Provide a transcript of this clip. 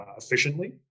efficiently